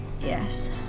Yes